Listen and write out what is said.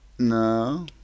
No